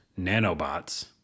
nanobots